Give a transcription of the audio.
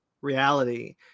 reality